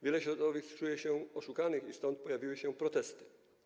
Wiele środowisk czuje się oszukanych, dlatego pojawiły się protesty.